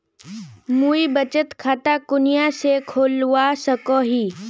मुई बचत खता कुनियाँ से खोलवा सको ही?